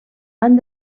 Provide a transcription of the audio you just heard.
han